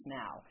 now